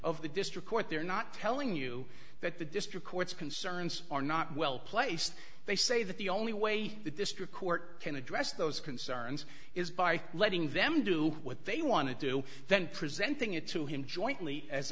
of the district court they're not telling you that the district court's concerns are not well placed they say that the only way the district court can address those concerns is by letting them do what they want to do then presenting it to him jointly as